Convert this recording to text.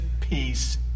peace